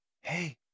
Hey